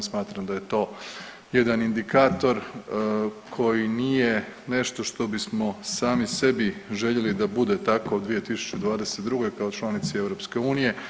Smatram da je to jedan indikator koji nije nešto što bismo sami sebi željeli da bude tako u 2022. kao članici EU.